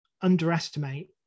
underestimate